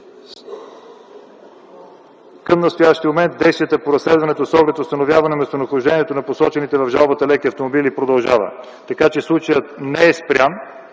Към настоящия момент действията по разследването с оглед установяване местонахождението на посочените в жалбата леки автомобили продължава. Случаят не е спрян,